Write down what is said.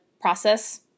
process